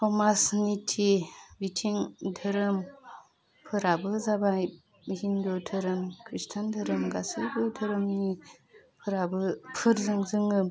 समाज निथि बिथिं धोरोमफोराबो जाबाय हिन्दु धोरोम ख्रिसथान धोरोम गासैबो धोरोमनि फोराबो फोरजों जोङो